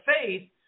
faith